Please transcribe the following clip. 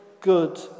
good